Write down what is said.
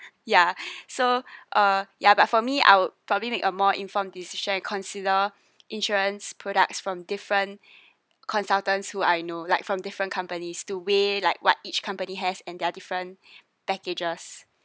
yeah so uh yeah but for me I would probably make a more informed decisions consider insurance products from different consultants who I know like from different companies to way like what each company has and their different packages